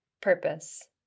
purpose